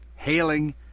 hailing